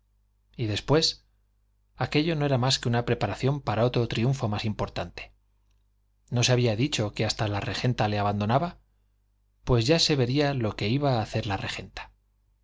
y después aquello no era más que una preparación para otro triunfo más importante no se había dicho que hasta la regenta le abandonaba pues ya se vería lo que iba a hacer la regenta